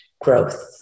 growth